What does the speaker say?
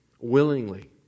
willingly